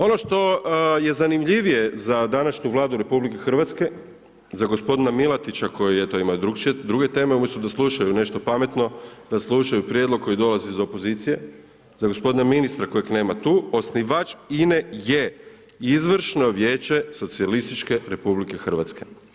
Ono što je zanimljivije za današnju Vladu RH, za gospodina Milatića koji eto ima i druge teme umjesto da slušaju nešto pametno, da slušaju prijedlog koji dolazi iz opozicije, za gospodina ministra kojeg nema tu, osnivač INA-e je izvršno Vijeće socijalističke Republike Hrvatske.